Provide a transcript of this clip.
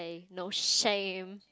no shame